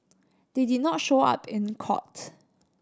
they did not show up in court